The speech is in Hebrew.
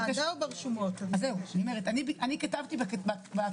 רשות התחרות העירה לנו שזה בעייתי מבחינת היבטי תחרות והגבלים עסקיים,